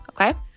Okay